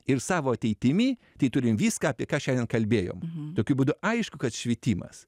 ir savo ateitimi tai turim viską apie ką šiandien kalbėjom tokiu būdu aišku kad švietimas